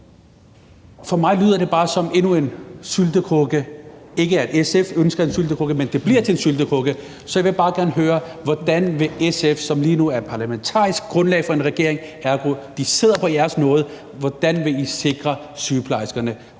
For mig lyder det bare som endnu en syltekrukke – ikke at SF ønsker en syltekrukke, men det bliver til en syltekrukke. Så jeg vil bare gerne høre: Hvordan vil SF, som lige nu er parlamentarisk grundlag for en regering – ergo sidder den på jeres nåde – sikre sygeplejerskerne?